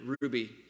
Ruby